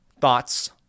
thoughts